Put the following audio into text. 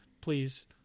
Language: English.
Please